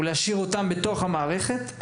שיסייע בשימורן במערכת,